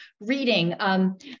reading